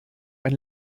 ein